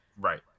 Right